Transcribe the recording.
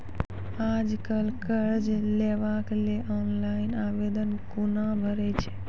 आज कल कर्ज लेवाक लेल ऑनलाइन आवेदन कूना भरै छै?